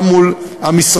גם מול המשרדים.